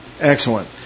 Excellent